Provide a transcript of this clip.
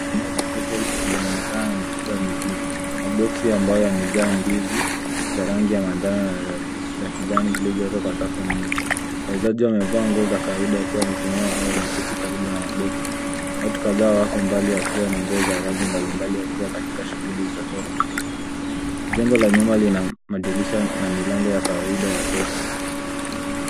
Eneo la soko linaonekana lishukwa mizigo. Maboksi ambayo yamejaa ndizi za rangi ya manjano na za kijani, zilizowekwa kwenye safu nyingi. Wauzaji wamevaa nguo za kawaida wakiwa wamesimama au wameketi karibu na maboksi. Watu kadhaa kutoka mbalimbali wakiwa katika shughuli za soko. Jengo la nyuma lina madirisha na milango ya kawaida ya soko.